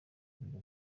biro